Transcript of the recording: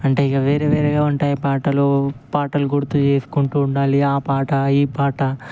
అంటే ఇక వేరే వేరేగా ఉంటాయి పాటలు పాటలు గుర్తు చేసుకుంటూ ఉండాలి ఆ పాట ఈ పాట